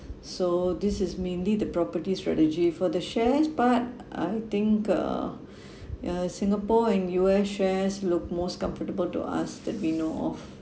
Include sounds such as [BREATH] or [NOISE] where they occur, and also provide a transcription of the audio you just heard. [BREATH] so this is mainly the property strategy for the shares part I think uh [BREATH] yeah singapore and U_S shares look most comfortable to us that we know of